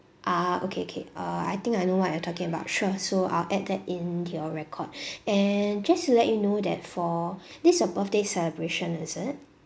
ah okay K uh I think I know what you're talking about sure so I'll add that in your record and just to let you know that for this is a birthday celebration is it